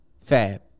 Fab